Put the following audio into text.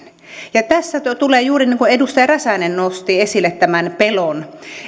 tässä tulee se asia juuri niin kuin edustaja räsänen nosti esille tämän pelon